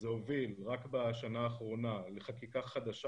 זה הוביל רק בשנה האחרונה לחקיקה חדשה